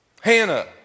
Hannah